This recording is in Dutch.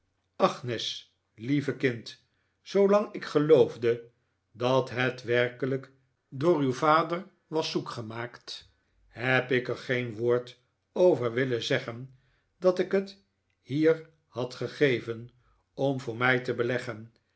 lieve kind zoolang ik geloofde dat het werkelijk door uw vader was zoek gemaakt heb ik er geen woord over willen zeggen dat ik het hier had gegeven om voor mij te beleggen